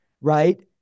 right